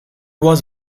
was